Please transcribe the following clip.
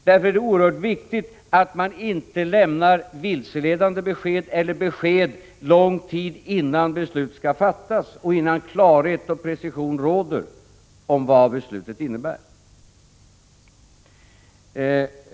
Därför är det oerhört viktigt att man inte lämnar vilseledande besked eller besked lång tid innan beslut skall fattas och innan klarhet och precision råder om vad beslutet innebär.